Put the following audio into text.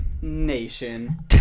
Nation